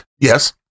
Yes